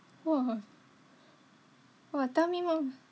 !wah! !wah! tell me more